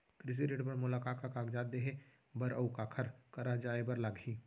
कृषि ऋण बर मोला का का कागजात देहे बर, अऊ काखर करा जाए बर लागही?